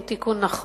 הוא תיקון נכון.